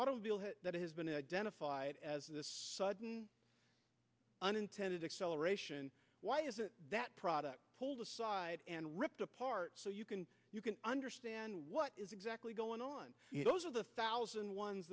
automobile who has been an identified as this sudden unintended acceleration why is it that product pulled aside and ripped apart so you can you can understand what is exactly going on those are the thousand ones